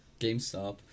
GameStop